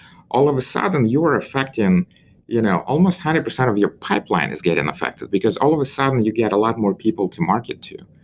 all of a sudden, you're affecting you know almost one hundred percent of your pipeline is getting affected, because all of a sudden you get a lot more people to market to,